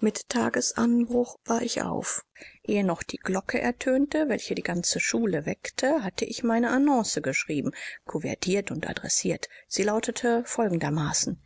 mit tagesanbruch war ich auf ehe noch die glocke ertönte welche die ganze schule weckte hatte ich meine annonce geschrieben couvertiert und adressiert sie lautete folgendermaßen